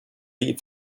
lee